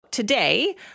Today